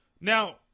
Now